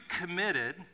committed